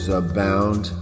abound